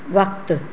वक़्तु